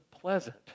pleasant